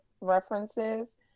references